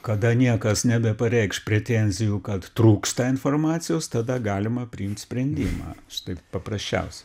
kada niekas nebepareikš pretenzijų kad trūksta informacijos tada galima priimt sprendimą taip paprasčiausia